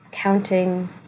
Counting